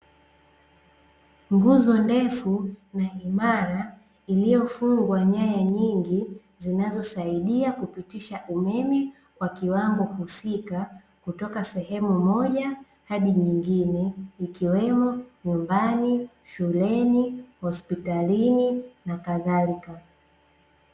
Nguzo ndefu na imara, iliyofungwa nyaya nyingi zinazosaidia kupitisha umeme kwa kiwango husika, kutoka sehemu moja hadi nyingine, ikiwemo nyumbani, shuleni, hospitalini, na kadhalika.